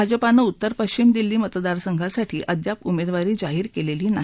भाजपानउत्तर पश्विम दिल्ली मतदारसंघासाठी अद्यापही उमद्वारी जाहीर क्विंटी नाही